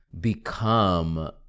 become